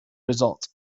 result